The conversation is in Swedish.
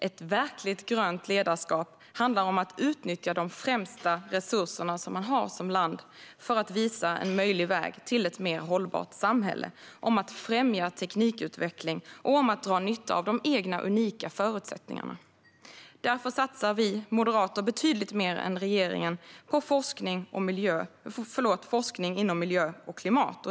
Ett verkligt grönt ledarskap handlar om att utnyttja de främsta resurser man har som land för att visa en möjlig väg till ett mer hållbart samhälle, om att främja teknikutveckling och om att dra nytta av de egna unika förutsättningarna. Därför satsar vi moderater betydligt mer än regeringen på forskning inom miljö och klimat.